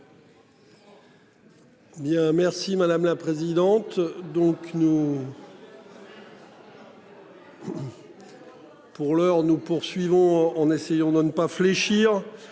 merci madame la présidente. Donc nous. Pour l'heure, nous poursuivons en essayant de ne pas fléchir